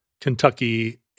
Kentucky